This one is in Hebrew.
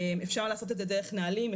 אפשר לעשות את זה דרך נהלים,